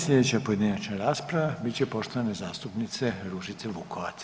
Slijedeća pojedinačna rasprava bit će poštovane zastupnice Ružice Vukovac.